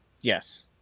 yes